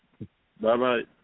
Bye-bye